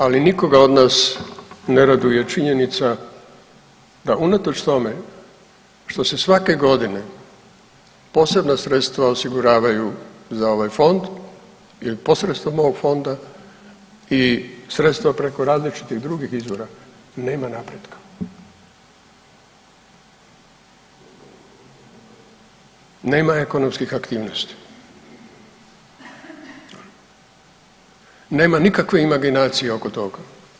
Ali nikoga od nas ne raduje činjenica da unatoč tome što se svake godine posebna sredstva osiguravaju za ovaj fond i posredstvom ovoga fonda i sredstva preko različitih drugih izvora nema napretka, nema ekonomskih aktivnosti, nema nikakve imaginacije oko toga.